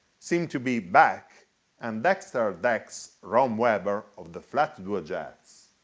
seem to be beck and dexter dex romweber of the flat duo jets.